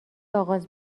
آغاز